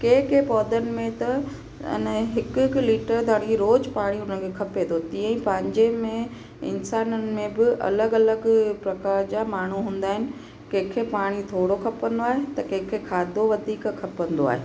कंहिं कंहिं पौधनि में त अन हिकु हिकु लीटर धाड़ीअ रोज़ु पाणी हुनखे खपे थो तीअं ई पंहिंजे में इंसाननि में बि अलॻि अलॻि प्रकार जा माण्हू हूंदा आहिनि कंहिंखे पाणी थोरो खपंदो आहे त कंहिंखे खाधो वधीक खपंदो आहे